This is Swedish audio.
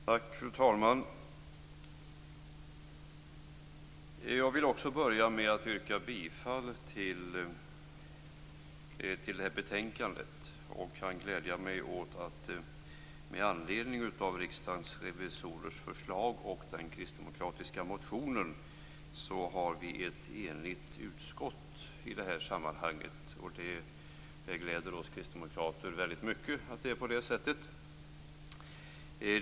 Fru talman! Också jag yrkar bifall till hemställan i detta betänkande. Jag kan glädja mig åt att det, med anledning av Riksdagens revisorers förslag och den kristdemokratiska motionen, är ett enigt utskott i det här sammanhanget. Det gläder oss kristdemokrater mycket att det är på det sättet.